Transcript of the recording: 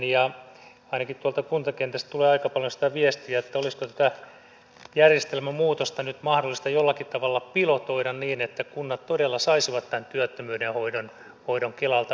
ainakin tuolta kuntakentältä tulee aika paljon sitä viestiä että olisiko tätä järjestelmän muutosta nyt mahdollista jollakin tavalla pilotoida niin että kunnat todella saisivat tämän työttömyyden hoidon kelalta itselleen